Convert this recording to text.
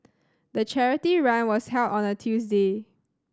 the charity run was held on a Tuesday